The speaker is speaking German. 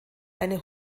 eine